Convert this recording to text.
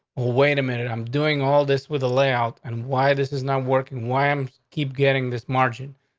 wait a minute. i'm doing all this with the layout and why this is not working. why? i'm keep getting this margin.